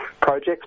projects